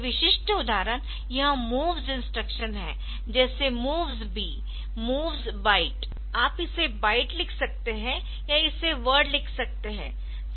तो विशिष्ट उदाहरण यह MOVS इंस्ट्रक्शन है जैसे MOVS B MOVS Byte आप इसे बाइट लिख सकते है या इसे वर्ड लिख सकते है